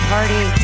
Party